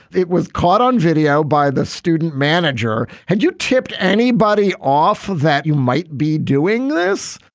it was caught on video by the student manager. had you tipped anybody off that you might be doing this?